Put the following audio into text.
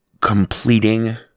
completing